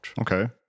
Okay